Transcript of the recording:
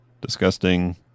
disgusting